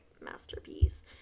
masterpiece